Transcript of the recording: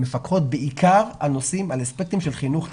מפקחות בעיקר על אספקטים של חינוך וטיפול.